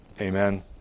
Amen